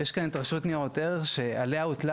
יש כאן את רשות ניירות ערך שעליה הוטלה